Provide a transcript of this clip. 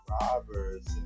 Robbers